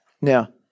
Now